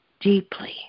deeply